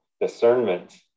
discernment